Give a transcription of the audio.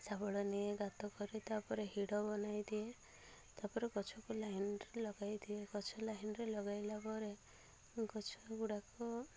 ଶାବଳ ନିଏ ଗାତ କରେ ତା'ପରେ ହିଡ଼ ବନାଇ ଦିଏ ତା'ପରେ ଗଛକୁ ଲାଇନରେ ଲଗାଇଦିଏ ଗଛ ଲାଇନରେ ଲଗାଇଲା ପରେ ଗଛଗୁଡ଼ାକ